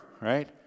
right